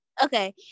okay